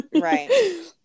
right